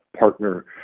partner